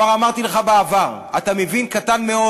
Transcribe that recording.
כבר אמרתי לך בעבר: אתה מבין קטן מאוד.